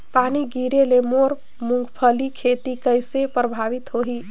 पानी गिरे ले मोर मुंगफली खेती कइसे प्रभावित होही?